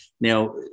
Now